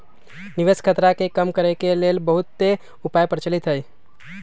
निवेश खतरा के कम करेके के लेल बहुते उपाय प्रचलित हइ